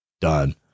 done